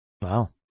Wow